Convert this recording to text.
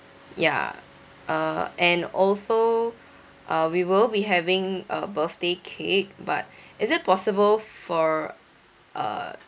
ya uh and also uh we will be having a birthday cake but is it possible for uh